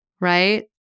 Right